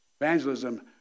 Evangelism